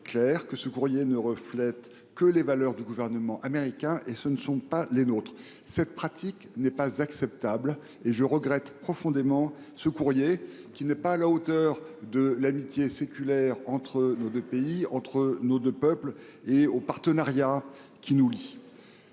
que ces courriers ne reflètent que les valeurs du gouvernement américain. Ce ne sont pas les nôtres ! Cette pratique n’est pas acceptable. Je regrette profondément ces lettres. Elles ne sont à la hauteur ni de l’amitié séculaire entre nos deux pays et nos deux peuples ni du partenariat qui nous lie.